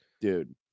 dude